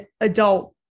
adult